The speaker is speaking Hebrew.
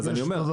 אז אני אומר,